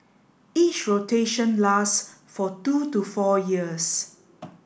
each rotation last for two to four years